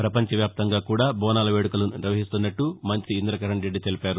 ప్రపంచ వ్యాప్తంగా కూడా బోనాల వేడుకలు నిర్వహిస్తున్నారని మంతి ఇంద్రకరణ్రెడ్డి తెలిపారు